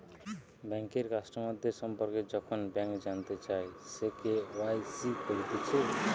বেঙ্কের কাস্টমারদের সম্পর্কে যখন ব্যাংক জানতে চায়, সে কে.ওয়াই.সি করতিছে